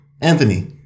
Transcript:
Anthony